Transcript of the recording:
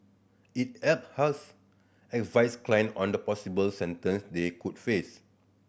it help us advise client on the possible sentence they could face